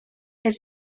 elle